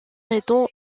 étant